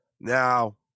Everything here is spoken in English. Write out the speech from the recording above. Now